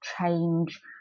change